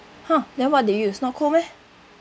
!huh! then what you use not cold meh